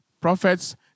prophets